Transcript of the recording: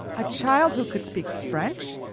a child who could speak french,